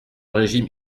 régime